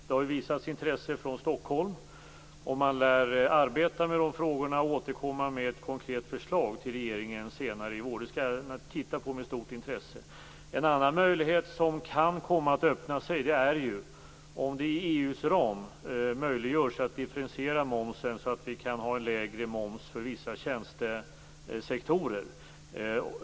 Det har visats intresse från Stockholm, och man lär arbeta med dessa frågor för att återkomma med ett konkret förslag till regeringen senare i år. Jag skall med stort intresse titta på det. En annan möjlighet som kan komma att öppna sig är att man inom EU:s ram tillåter en differentiering av momsen, så att vi kan ha en lägre moms för vissa tjänstesektorer.